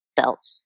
felt